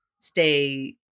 stay